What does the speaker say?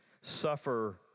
Suffer